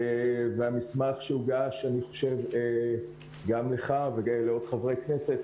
והמסמך שהוגש גם לך ולעוד חברי כנסת